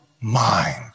mind